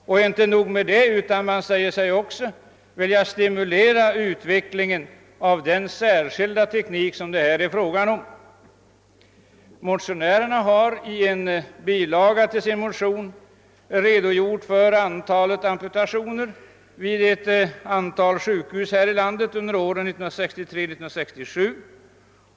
Och inte nog med detta — man vill också stimulera utvecklingen av den särskilda teknik som det är fråga om. Motionärerna har i en bilaga till sin motion redogjort för antalet amputationer vid ett antal sjukhus i vårt land under åren 1963—1967.